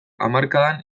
hamarkadan